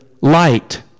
light